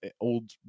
old